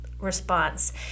response